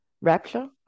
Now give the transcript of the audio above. Rapture